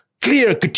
clear